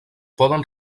poden